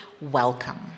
welcome